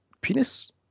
penis